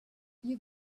you